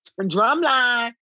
Drumline